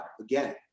again